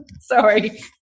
Sorry